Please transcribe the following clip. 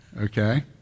Okay